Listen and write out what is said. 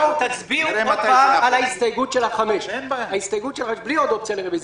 בלי עוד אופציה לרביזיה.